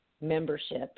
memberships